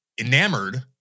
enamored